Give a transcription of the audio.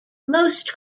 most